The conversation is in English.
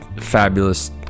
fabulous